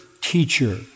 teacher